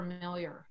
familiar